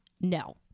No